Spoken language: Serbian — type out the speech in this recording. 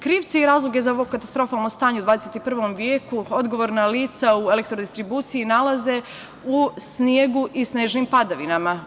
Krivci i razlog za ovo katastrofalno stanje u 21. veku odgovorna lica u elektrodistribuciji nalaze u snegu i snežnim padavinama.